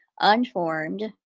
unformed